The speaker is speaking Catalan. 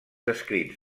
escrits